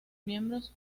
miembros